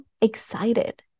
excited